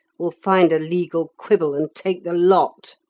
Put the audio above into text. will find a legal quibble and take the lot.